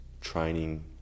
training